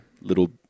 Little